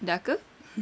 dah ke